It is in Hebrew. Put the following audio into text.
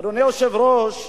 אדוני היושב-ראש,